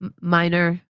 Minor